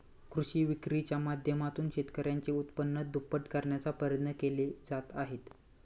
कृषी विक्रीच्या माध्यमातून शेतकऱ्यांचे उत्पन्न दुप्पट करण्याचा प्रयत्न केले जात आहेत